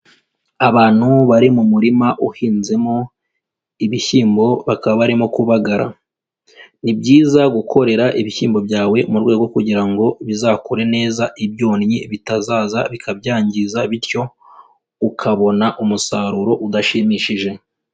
Abantu bari mu murima uhinzemo ibishyimbo, bakaba barimo kubagara. Ni byiza gukorera ibishyimbo byawe mu rwego kugira bizakure neza, ibyonnyi bitazaza bikabyangiza bityo ukabona umusaruro udashimishije.